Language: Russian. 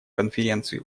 конференции